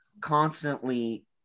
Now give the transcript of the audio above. constantly